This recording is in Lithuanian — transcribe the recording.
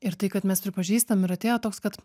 ir tai kad mes pripažįstam ir atėjo toks kad